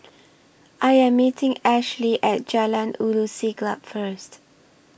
I Am meeting Ashley At Jalan Ulu Siglap First